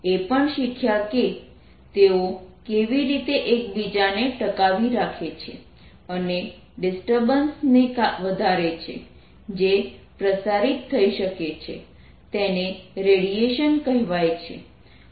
આપણે એ પણ શીખ્યા કે તેઓ કેવી રીતે એકબીજાને ટકાવી રાખે છે અને ડિસ્ટર્બન્સ ને વધારે છે જે પ્રસારીત થઇ શકે છે તેને રેડિયેશન કહેવાય છે